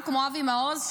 כמו אבי מעוז,